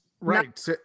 right